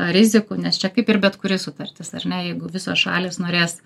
rizikų nes čia kaip ir bet kuri sutartis ar ne jeigu visos šalys norės